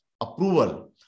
approval